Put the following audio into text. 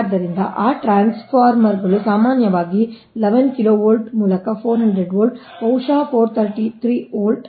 ಆದ್ದರಿಂದ ಆ ಟ್ರಾನ್ಸ್ಫಾರ್ಮರ್ಗಳು ಸಾಮಾನ್ಯವಾಗಿ 11 kV ಮೂಲಕ 400 ವೋಲ್ಟ್ ಬಹುಶಃ 433 ವೋಲ್ಟ್